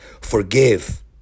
Forgive